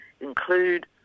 include